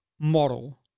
model